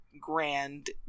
grand